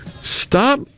Stop